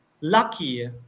lucky